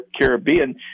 Caribbean